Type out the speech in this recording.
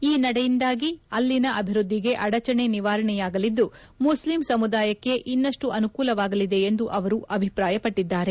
ಈ ನಡೆಯಿಂದಾಗಿ ಅಲ್ಲಿನ ಅಭಿವೃದ್ಲಿಗೆ ಅಡಚಣೆ ನಿವಾರಣೆಯಾಗಲಿದ್ದು ಮುಸ್ಲಿಂ ಸಮುದಾಯಕ್ಕೆ ಇನ್ನಷ್ಟು ಅನುಕೂಲವಾಗಲಿದೆ ಎಂದು ಅವರು ಅಭಿಪ್ರಾಯಪಟ್ಟದ್ದಾರೆ